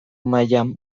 mailan